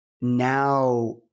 Now